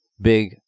big